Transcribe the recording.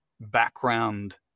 background